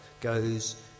goes